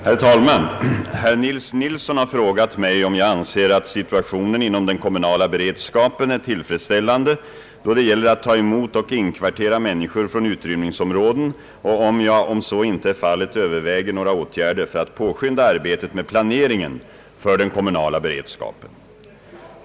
Herr talman! Herr Nils Nilsson har frågat mig om jag anser att situationen inom den kommunala beredskapen är tillfredsställande då det gäller att ta emot och inkvartera människor från utrymningsområden och om jag, om så inte är fallet, överväger några åtgärder för att påskynda arbetet med planeringen för den kommunala beredskapen.